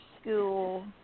school